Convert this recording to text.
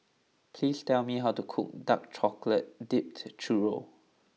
please tell me how to cook Dark Chocolate Dipped Churro